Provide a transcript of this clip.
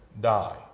die